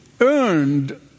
earned